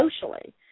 socially